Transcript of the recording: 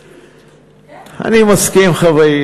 מסכים, מסכים.